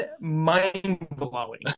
mind-blowing